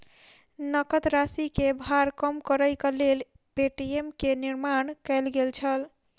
नकद राशि के भार कम करैक लेल पे.टी.एम के निर्माण कयल गेल छल